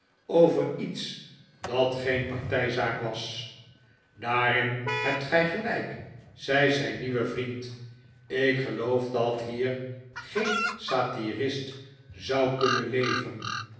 over iets dat geen partijzaak was daarin hebt gij gelijk zei zijn nieuwe vriend ik geloof dat hier geen satirist zou kunnen leven